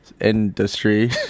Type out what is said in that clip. industry